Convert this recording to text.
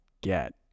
get